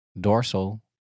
Dorsal